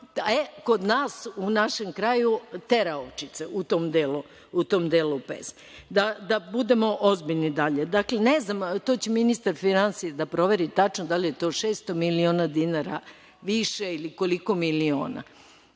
kod nas u našem kraju tera ovčice, u tom delu pesme. Da budemo ozbiljni dalje. Dakle, ne znam, to će ministar finansija da proveri tačno da li je to 600 miliona dinara više ili koliko miliona,